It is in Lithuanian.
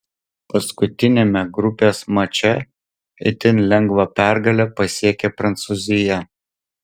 paskutiniame grupės mače itin lengvą pergalę pasiekė prancūzija